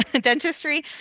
dentistry